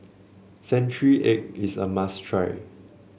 Century Egg is a must try